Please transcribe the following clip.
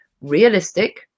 realistic